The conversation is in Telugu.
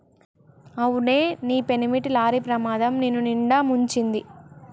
అవునే మీ పెనిమిటి లారీ ప్రమాదం నిన్నునిండా ముంచింది